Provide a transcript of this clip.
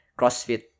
CrossFit